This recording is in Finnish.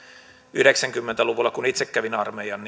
yhdeksänkymmentä luvulla kun itse kävin armeijan